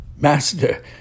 Master